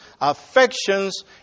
affections